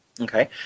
Okay